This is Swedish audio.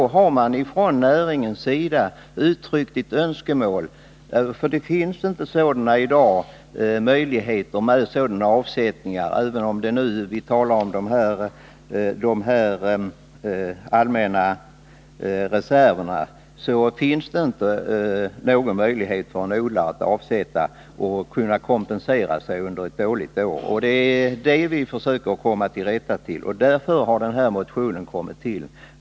Därför har man från näringens sida uttryckt ett önskemål om möjlighet att göra avsättningar på konto, eftersom den möjligheten inte finns i dag. Även om vi nu talar om de här allmänna investeringsreserverna, finns det inte någon möjlighet för en odlare att avsätta medel för att kunna kompensera sig under ett dåligt år. Det är detta vi försöker komma till rätta med, och det är därför den här motionen har kommit till.